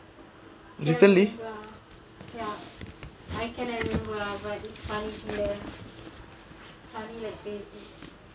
recently